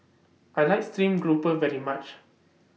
I like Stream Grouper very much